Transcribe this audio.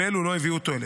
ואלה לא הביאו תועלת.